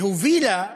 שהובילה